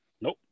Nope